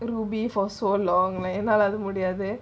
it will be for so long man என்னாலஅதுமுடியாதே: ennala adhu mudiyade